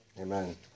Amen